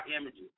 images